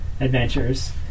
adventures